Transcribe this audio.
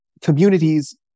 communities